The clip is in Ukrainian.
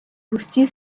густі